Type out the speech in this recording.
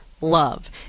love